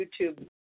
YouTube